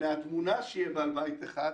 מהתמונה שבה יהיה בעל בית אחד,